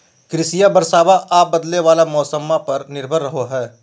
कृषिया बरसाबा आ बदले वाला मौसम्मा पर निर्भर रहो हई